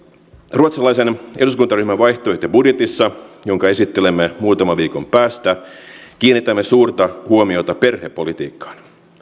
ruotsalaisen eduskuntaryhmän vaihtoehtobudjetissa jonka esittelemme muutaman viikon päästä kiinnitämme suurta huomiota perhepolitiikkaan